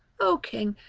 o king,